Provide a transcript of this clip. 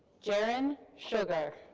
jeren schugar.